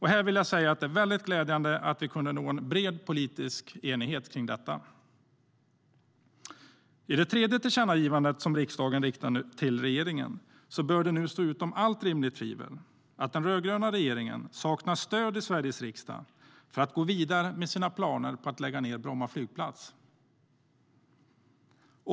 Här vill jag säga att det är väldigt glädjande att vi kunde nå en bred politisk enighet kring detta.I det tredje tillkännagivande som riksdagen riktar till regeringen bör det nu stå utom allt rimligt tvivel att den rödgröna regeringen saknar stöd i Sveriges riksdag för att gå vidare med sina planer på att lägga ned Bromma flygplats.